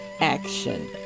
action